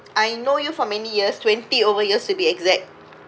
I know you for many years twenty over years to be exact